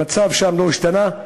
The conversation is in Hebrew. המצב שלהם לא השתנה,